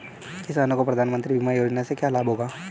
किसानों को प्रधानमंत्री बीमा योजना से क्या लाभ होगा?